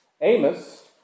Amos